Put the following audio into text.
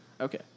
Okay